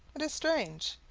it is strange.